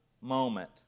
moment